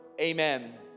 Amen